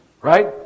Right